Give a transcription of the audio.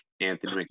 Anthony